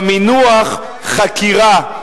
במינוח "חקירה".